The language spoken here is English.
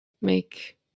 make